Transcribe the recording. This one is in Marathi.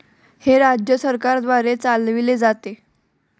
हे राज्य सरकारद्वारे चालविले जाते